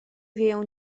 wieją